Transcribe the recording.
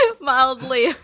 mildly